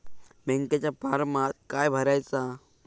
बँकेच्या फारमात काय भरायचा?